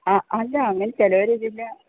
ആ അല്ല അങ്ങനെ ചിലവർ ഇതിന്റെ